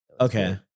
Okay